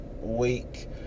week